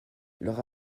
leur